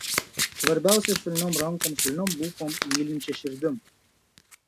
svarbiausia švelniom rankom švelniom lūpom mylinčia širdim